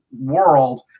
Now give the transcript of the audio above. world